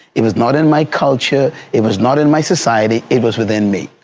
it was not in my culture, it was not in my society, it was within me,